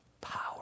power